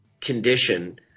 condition